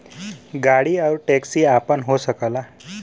गाड़ी आउर टैक्सी आपन हो सकला